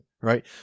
right